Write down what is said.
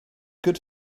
good